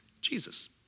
Jesus